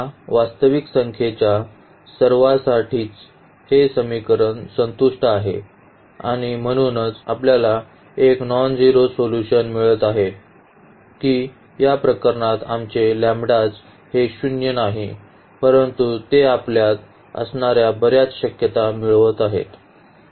या वास्तविक संख्येच्या सर्वांसाठीच हे समीकरण संतुष्ट आहे आणि म्हणूनच आपल्याला एक नॉनझेरो सोल्यूशन मिळत आहे की या प्रकरणात आमचे हे शून्य नाही परंतु ते आपल्यात असणार्या बर्याच शक्यता मिळवत आहेत